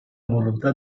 volontà